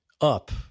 up